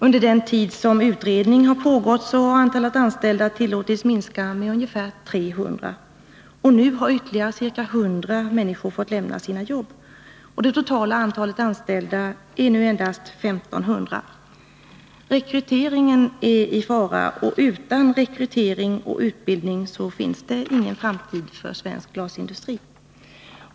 Under den tid som utredningen har pågått har antalet anställda tillåtits minska med ungefär 300 personer. Nu har ytterligare ca 100 personer blivit tvungna att lämna sina arbeten. Det totala antalet anställda uppgår nu till endast 1500. Rekryteringen är i fara, och utan rekrytering och utbildning finns det ingen framtid för svensk glasindustri.